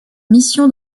mission